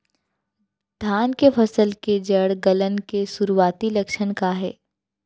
धान के फसल के जड़ गलन के शुरुआती लक्षण का हे?